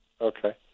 Okay